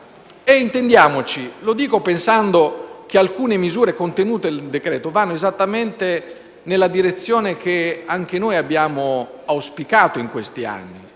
Intendiamoci: lo dico pensando che alcune misure contenute nel provvedimento vanno esattamente nella direzione che anche noi abbiamo auspicato in questi anni,